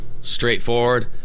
straightforward